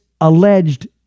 alleged